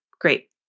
great